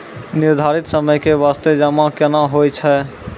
निर्धारित समय के बास्ते जमा केना होय छै?